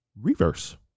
Reverse